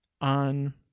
on